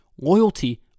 loyalty